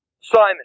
Simon